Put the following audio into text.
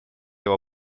его